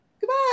goodbye